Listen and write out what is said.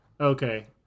Okay